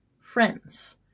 friends